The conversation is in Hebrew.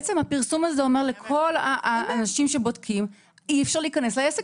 הפרסום הזה אומר לכל האנשים שבודקים שאי אפשר להיכנס שלו.